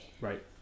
Right